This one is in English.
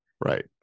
Right